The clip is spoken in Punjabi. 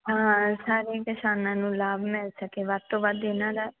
ਹਾਂ ਸਾਰੇ ਕਿਸਾਨਾਂ ਨੂੰ ਲਾਭ ਮਿਲ ਸਕੇ ਵੱਧ ਤੋਂ ਵੱਧ ਇਹਨਾਂ ਦਾ